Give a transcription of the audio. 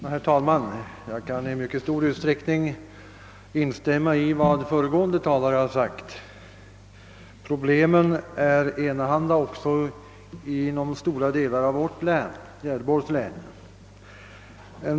Herr talman! Jag kan i mycket stor utsträckning instämma i vad föregående talare har sagt. Problemen är enahanda också inom stora delar av Gävleborgs län.